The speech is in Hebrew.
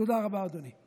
תודה רבה, אדוני.